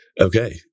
Okay